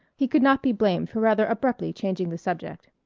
he could not be blamed for rather abruptly changing the subject.